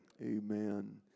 amen